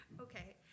Okay